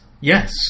Yes